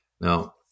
Now